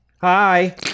Hi